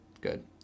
Good